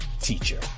teacher